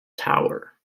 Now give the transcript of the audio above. tower